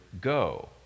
go